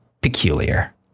peculiar